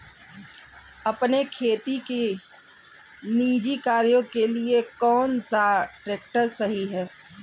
अपने खेती के निजी कार्यों के लिए कौन सा ट्रैक्टर सही है?